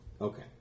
Okay